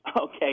Okay